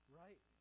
right